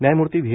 न्यायमूर्ती व्ही